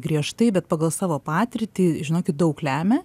griežtai bet pagal savo patirtį žinokit daug lemia